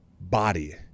body